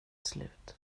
slut